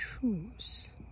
choose